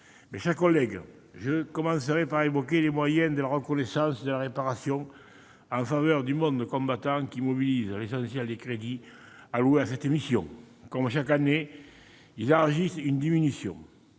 Mes chers collègues, je commencerai par évoquer les moyens consacrés à la reconnaissance et à la réparation en faveur du monde combattant, qui mobilisent l'essentiel des crédits alloués à cette mission. Comme chaque année, ils enregistrent une diminution.